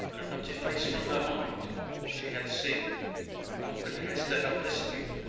could not efface from her mind what she had seen nor could hester help listening,